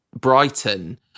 Brighton